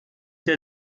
der